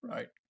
Right